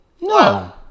no